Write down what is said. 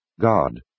God